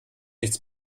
nichts